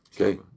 Okay